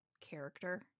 character